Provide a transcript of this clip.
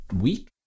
week